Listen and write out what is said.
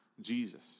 Jesus